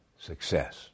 success